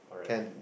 can